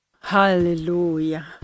Hallelujah